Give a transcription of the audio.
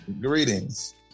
greetings